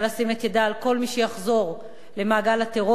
את ידה על כל מי שיחזור למעגל הטרור.